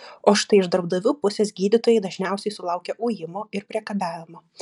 o štai iš darbdavių pusės gydytojai dažniausiai sulaukia ujimo ir priekabiavimo